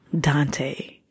Dante